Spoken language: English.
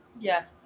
Yes